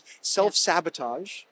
self-sabotage